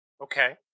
Okay